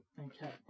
Okay